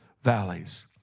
valleys